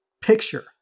picture